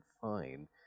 fine